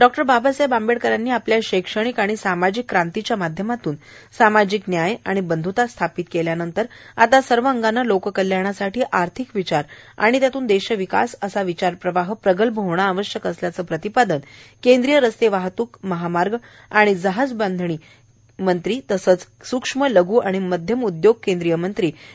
डॉ बाबासाहेब आंबेडकरांनी आपल्या शैक्षणिक व सामाजिक क्रांतीच्या माध्यमातून सामाजिक न्याय बंध्ता प्रस्थापित केल्यानंतर आता सर्व अंगाने लोककल्याणासाठी आर्थिक विचार व त्यातून देशविकास असा विचारप्रवाह प्रगल्भ होणे आवश्यक आहे असे प्रतिपादन केंद्रीय रस्ते वाहतूक महामार्ग व जहाजबांधणी आणि केंद्रीय सूक्ष्म लघू व मध्यम उद्योग मंत्री श्री